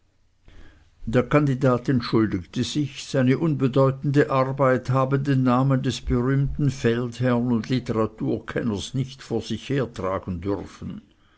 der kandidat entschuldigte sich seine unbedeutende arbeit habe den namen des berühmten feldherrn und literaturkenners nicht vor sich her tragen dürfen